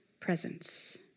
presence